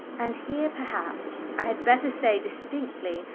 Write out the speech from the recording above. and here, perhaps, i had better say distinctly,